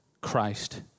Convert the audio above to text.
Christ